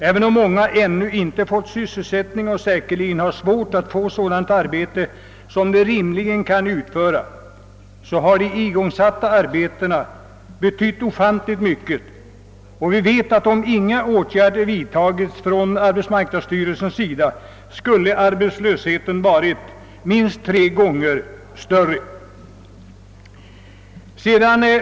Även om många ännu inte fått sysselsättning i sådant arbete som de rimligen kan utföra har de igångsatta arbetena betytt ofantligt mycket. Vi vet att om inga åtgärder vidtagits från arbetsmarknadsstyrelsens sida skulle arbetslösheten ha varit minst tre gånger så stor som den nu är.